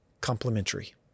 complementary